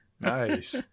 nice